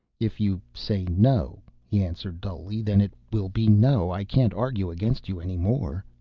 if you say no, he answered dully, then it will be no. i can't argue against you any more.